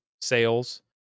sales